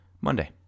Monday